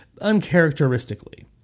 uncharacteristically